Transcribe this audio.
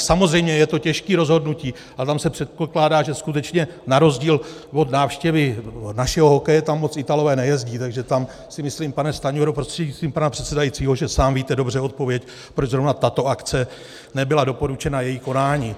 Samozřejmě je to těžké rozhodnutí, ale tam se předpokládá, že skutečně na rozdíl od návštěvy našeho hokeje, tam moc Italové nejezdí, takže tam si myslím, pane Stanjuro prostřednictvím pana předsedajícího, že sám víte dobře odpověď, proč zrovna tato akce nebyla doporučena, její konání.